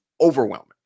overwhelming